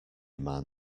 man